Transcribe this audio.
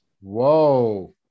whoa